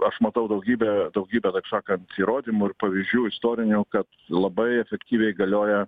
aš matau daugybę daugybę taip sakan įrodymų ir pavyzdžių istorinių kad labai efektyviai galioja